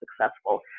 successful